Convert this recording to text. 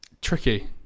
Tricky